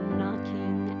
knocking